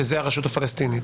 שזה הרשות הפלסטינית.